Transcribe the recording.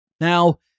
Now